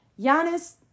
Giannis